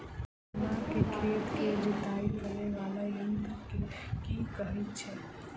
गन्ना केँ खेत केँ जुताई करै वला यंत्र केँ की कहय छै?